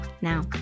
now